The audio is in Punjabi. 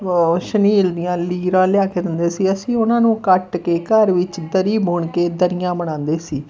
ਸ਼ਨੀਲ ਦੀਆਂ ਲੀਰਾਂ ਲਿਆ ਕੇ ਦਿੰਦੇ ਸੀ ਅਸੀਂ ਉਹਨਾਂ ਨੂੰ ਕੱਟ ਕੇ ਘਰ ਵਿੱਚ ਦਰੀ ਬੁਣ ਕੇ ਦਰੀਆਂ ਬਣਾਉਂਦੇ ਸੀ